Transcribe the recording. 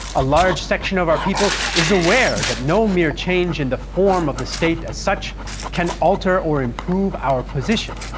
a large section of our people is aware that no mere change in the form of the state as such can alter or improve our position,